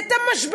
זה את המשברים,